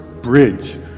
Bridge